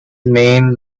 main